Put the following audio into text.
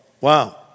Wow